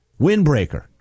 Windbreaker